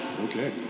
Okay